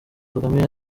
kagame